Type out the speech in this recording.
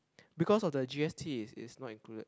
because of the G_S_T is is not included